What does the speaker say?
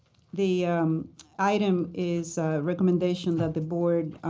the um item is a recommendation that the board